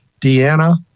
Deanna